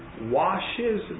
washes